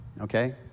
Okay